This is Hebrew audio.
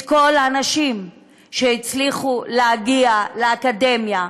את כל הנשים שהצליחו להגיע לאקדמיה,